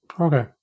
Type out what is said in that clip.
Okay